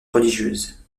religieuse